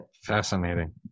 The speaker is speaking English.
Fascinating